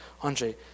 Andre